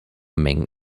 mengen